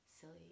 silly